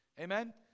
Amen